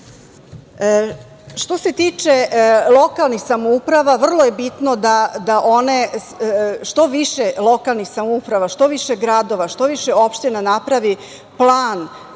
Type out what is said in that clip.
to. Što se tiče lokalnih samouprava, vrlo je bitno da one što više lokalnih samouprava, što više gradova, što više opština napravi plan